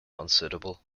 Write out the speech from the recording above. unsuitable